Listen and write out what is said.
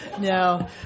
No